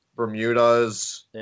Bermudas